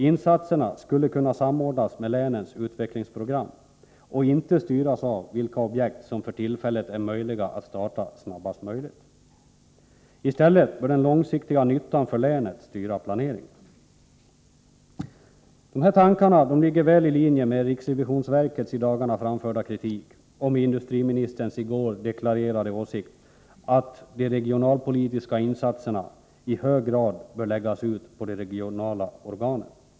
Insatserna skulle kunna samordnas med länens utvecklingsprogram, och de borde inte styras av vilka objekt som det för tillfället går att starta snabbast möjligt. I stället bör den långsiktiga nyttan för länet styra planeringen. De här tankarna ligger väl i linje med riksrevisionsverkets i dagarna framförda kritik och med industriministerns i går deklarerade åsikt, att de regionalpolitiska insatserna i högre grad bör läggas ut på de regionala organen.